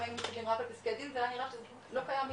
אם אנחנו מדברים רק על פסקי דין לא קיים בישראל.